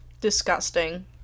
Disgusting